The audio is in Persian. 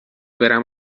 برم